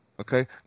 okay